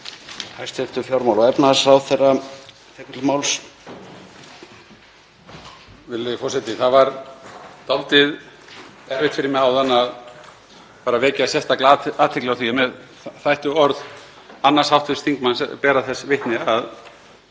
Það var dálítið erfitt fyrir mig áðan að vekja sérstaklega athygli á því að mér þættu orð annars hv. þingmanns bera þess vitni að